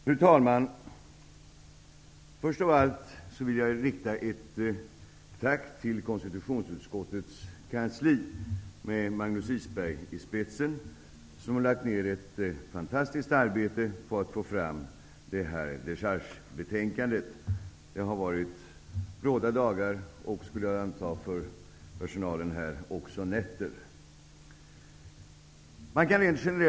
Fru talman! Jag vill först rikta ett tack till konstitutionsutskottets kansli med Magnus Isberg i spetsen, som har lagt ner ett fantastiskt arbete på att få fram detta dechargebetänkande. Det har varit bråda dagar för personalen och, skulle jag anta, även nätter.